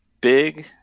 big